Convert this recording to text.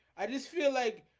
i just feel like